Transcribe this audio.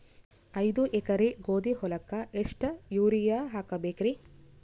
ಐದ ಎಕರಿ ಗೋಧಿ ಹೊಲಕ್ಕ ಎಷ್ಟ ಯೂರಿಯಹಾಕಬೆಕ್ರಿ?